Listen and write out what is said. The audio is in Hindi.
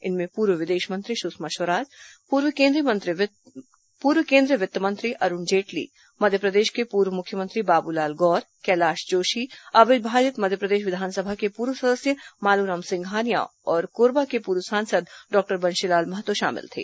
इनमें पूर्व विदेश मंत्री सुषमा स्वराज पूर्व केंद्रीय वित्त मंत्री अरुण जेटली मध्यप्रदेश के पूर्व मुख्यमंत्री बाबूलाल गौर कैलाश जोशी अविभाजित मध्यप्रदेश विधानसभा के पूर्व सदस्य मालूराम सिंघानिया और कोरबा के पूर्व सांसद डॉक्टर बंशीलाल महतो शामिल थे